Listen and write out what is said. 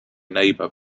neighbor